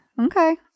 okay